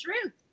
truth